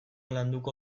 landuko